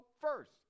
first